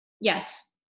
Yes